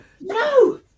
No